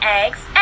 eggs